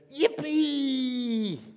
yippee